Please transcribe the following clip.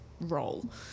role